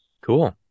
Cool